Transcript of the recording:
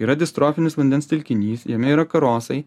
yra distrofinis vandens telkinys jame yra karosai